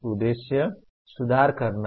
उद्देश्य सुधार करना है